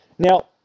Now